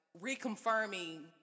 reconfirming